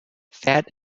fat